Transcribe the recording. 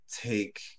take